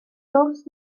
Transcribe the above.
gwrs